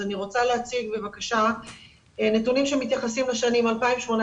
אני רוצה להציג נתונים שמתייחסים לשנים 2018,